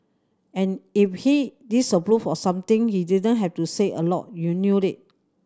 and if he disapproved of something he didn't have to say a lot you knew it